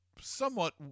somewhat